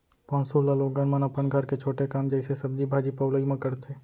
पौंसुल ल लोगन मन अपन घर के छोटे काम जइसे सब्जी भाजी पउलई म करथे